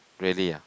really ah